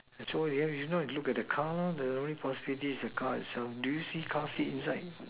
so what you have is no look at the car the only possibility is the car itself do you see car fit inside